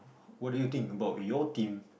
what do you think about your team